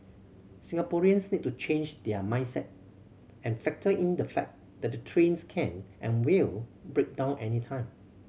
Singaporeans need to change their mindset and factor in the fact that the trains can and will break down anytime